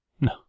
No